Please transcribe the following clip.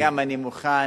גם אני מוכן.